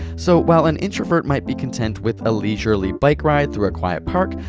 so while an introvert might be content with a leisurely bicycle ride through a quiet park,